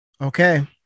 okay